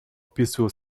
peaceful